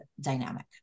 dynamic